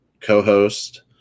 co-host